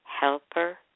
helper